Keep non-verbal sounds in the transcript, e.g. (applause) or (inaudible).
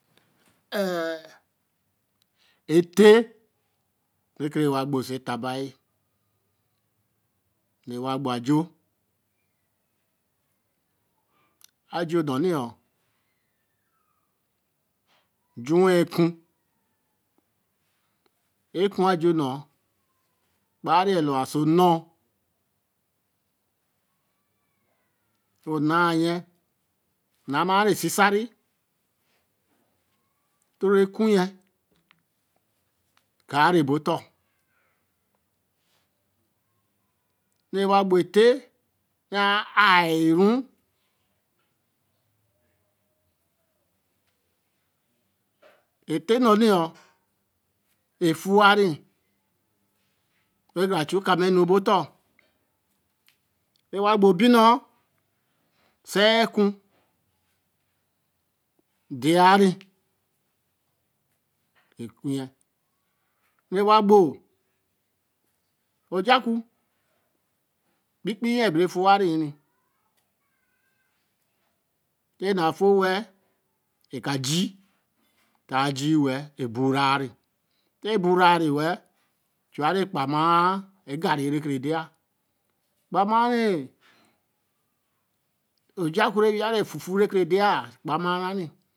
nn ete reke wa gbo oso eta bai re wa gbo ajoor ajoor nno niyo ju wa ekur er kur ajoor nno kpare ye lor wa oso no o naye na māā re nsisare toro ekur yen kaa re bo oton re wa gbo ete ra a yiru (hesitation) ete nno ni efu ware wen kara chu ka ma nu bo oton re wa gbo o bimo ser kuu d yere e kun yen re wa gbo ojakpo pie pie yen be re foo wa re yen ni te na foo we-l eka jii tāā jii we-l ebo ra re te bo ra re we-l chu ware kpa mma agari re ke de ye kpa ma re o jaa kpo reke re wiya efufu re ke der yea kpa ma rare